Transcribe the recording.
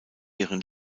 ihren